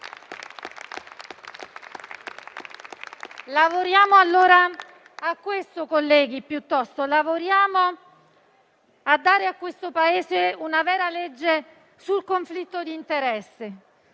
lavoriamo a dare al Paese una vera legge sul conflitto di interesse.